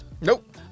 Nope